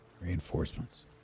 reinforcements